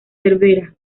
cervera